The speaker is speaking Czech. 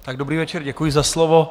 Tak dobrý večer, děkuji za slovo.